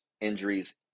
injuries